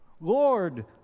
lord